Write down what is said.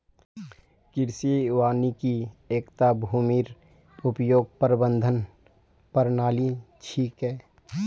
कृषि वानिकी एकता भूमिर उपयोग प्रबंधन प्रणाली छिके